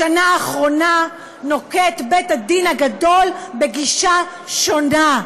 בשנה האחרונה נוקט בית-הדין הגדול גישה שונה.